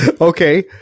okay